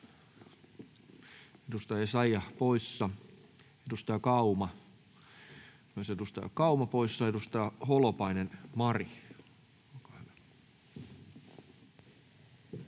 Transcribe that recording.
Edustaja Kauma, myös edustaja Kauma poissa. — Edustaja Holopainen, Mari.